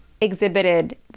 exhibited